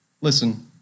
Listen